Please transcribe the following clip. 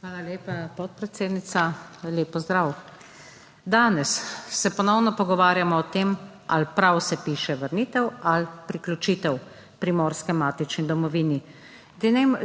Hvala lepa, podpredsednica. Lep pozdrav! Danes se ponovno pogovarjamo o tem, ali prav se piše vrnitev ali priključitev Primorske k matični domovini.